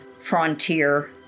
frontier